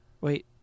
Wait